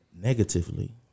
negatively